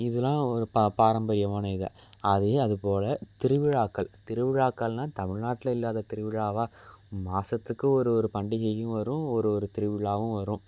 இதெல்லாம் ஒரு பா பாரம்பரியமான இது அதே அது போல் திருவிழாக்கள் திருவிழாக்கள்னால் தமிழ்நாட்டில் இல்லாத திருவிழாவாக மாதத்துக்கு ஒரு ஒரு பண்டிகையும் வரும் ஒரு ஒரு திருவிழாவும் வரும்